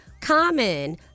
Common